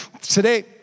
Today